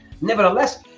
nevertheless